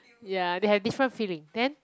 ya they have different feeling then